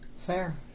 Fair